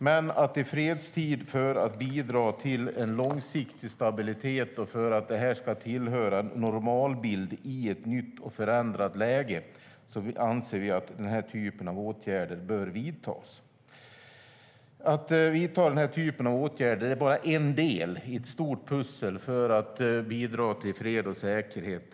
Men för att bidra till en långsiktig stabilitet och för att det här ska tillhöra normalbilden i ett nytt och förändrat läge anser vi att den här typen av åtgärder bör vidtas i fredstid. Att vidta den här typen av åtgärder är bara en del i ett stort pussel som ska bidra till fred och säkerhet.